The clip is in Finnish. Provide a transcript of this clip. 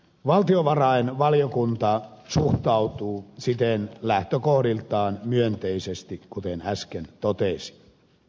valtiovarainvaliokunta suhtautuu siten lähtökohdiltaan myönteisesti kuten äsken totesin